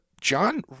john